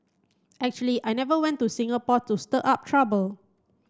actually I never went to Singapore to stir up trouble